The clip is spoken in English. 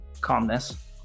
calmness